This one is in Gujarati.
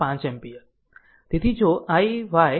5 એમ્પીયર